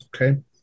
Okay